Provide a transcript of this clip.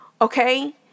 Okay